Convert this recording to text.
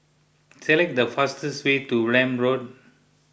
select the fastest way to Welm Road